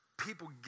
people